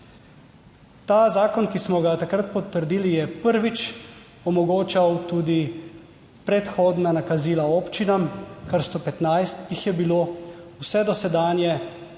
Ta zakon, ki smo ga takrat potrdili, je prvič omogočal tudi predhodna nakazila občinam - kar 115 jih je bilo. Vse dosedanje